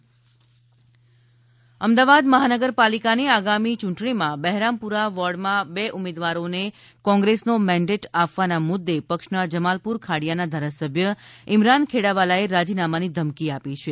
ઈમરાન ખેડાવાલા કોંગ્રેસ અમદાવાદ મહાનગર પાલિકાની આગામી ચૂંટણીમાં બહેરામપુરા વોર્ડમાં બે ઉમેદવારોને કોંગ્રેસનો મેન્ડેટ આપવાના મુદ્દે પક્ષના જમાલપુર ખાડીયાના ધારાસભ્ય ઈમરાન ખેડાવાલાએ રાજીનામાની ધમકી આપી છે